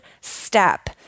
step